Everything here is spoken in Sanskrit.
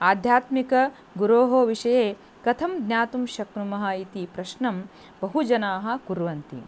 आध्यात्मिकगुरोः विषये कथं ज्ञातुं शक्नुमः इति प्रश्नं बहवः जनाः कुर्वन्ति